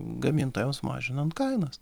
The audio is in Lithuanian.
gamintojams mažinant kainas